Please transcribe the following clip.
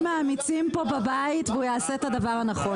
האמיצים פה בבית והוא יעשה את הדבר הנכון,